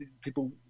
people